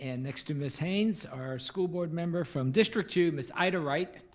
and next to miss haynes, our school board member from district two, miss ida wright,